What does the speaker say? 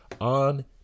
on